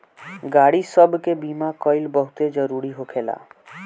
गाड़ी सब के बीमा कइल बहुते जरूरी होखेला